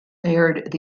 aired